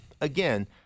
again